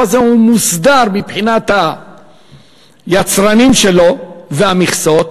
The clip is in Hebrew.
הזה מוסדר מבחינת היצרנים שלו והמכסות,